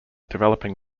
developing